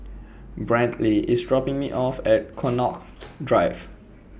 Brantley IS dropping Me off At Connaught Drive